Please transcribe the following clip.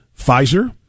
Pfizer